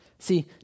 See